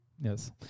yes